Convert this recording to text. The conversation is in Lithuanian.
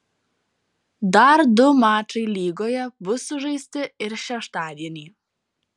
dar du mačai lygoje bus sužaisti ir šeštadienį